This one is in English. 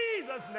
Jesus